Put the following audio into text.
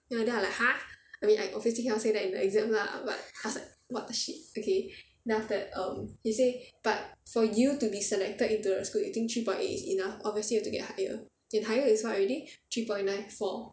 ya then I like !huh! I mean I obviously cannot say that in the exam lah but what the shit okay then after that um he say but for you to be selected into the school you think three point eight is enough obviously you have to get higher then higher is what already three point nine four